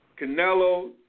Canelo